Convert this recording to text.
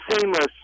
seamless